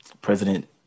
President